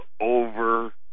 over